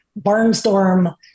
barnstorm